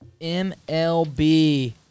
MLB